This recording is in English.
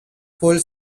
full